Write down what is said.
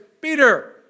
Peter